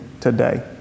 today